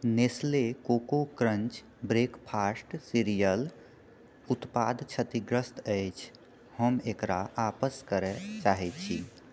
Nestle Coco Crunch breakfast cereal उत्पाद क्षतिग्रस्त अछि हम एकरा आपस करए चाहैत छी